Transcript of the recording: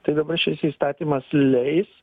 tai dabar šis įstatymas leis